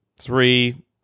three